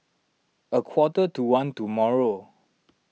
a quarter to one tomorrow